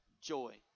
joy